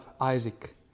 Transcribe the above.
Isaac